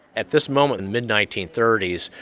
at this moment in mid nineteen thirty s,